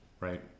Right